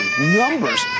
numbers